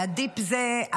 על הדיפ זה.